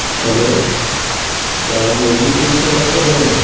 hello کیا آپ لذیذ فوڈ سے بات کر رہے ہیں